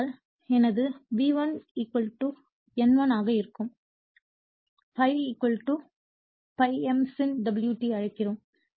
ஆகையால் எனது V1 N1 ஆக இருக்கும் ∅∅ m sin ω t அழைக்கிறோம்